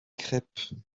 crèpes